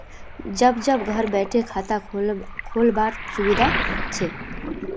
जब जब घर बैठे खाता खोल वार सुविधा छे